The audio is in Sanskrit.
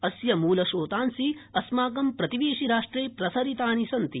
अस्य मूलम्रोतांसि अस्माकं प्रतिवेशि राष्ट्रे प्रसरितानि सन्ति